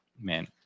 man